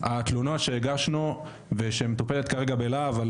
התלונות שהגשנו ושמטופלות כרגע בלהב על